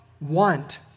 want